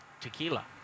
Tequila